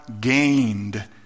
gained